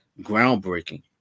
groundbreaking